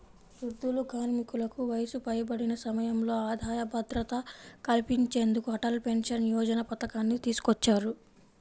వృద్ధులు, కార్మికులకు వయసు పైబడిన సమయంలో ఆదాయ భద్రత కల్పించేందుకు అటల్ పెన్షన్ యోజన పథకాన్ని తీసుకొచ్చారు